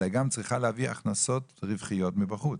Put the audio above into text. אלא גם צריכה להביא הכנסות רווחיות מבחוץ.